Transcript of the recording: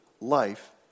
life